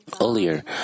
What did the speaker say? earlier